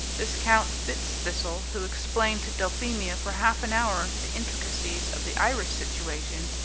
viscount fitzthistle, who explained to dulphemia for half an hour the intricacies of the irish situation,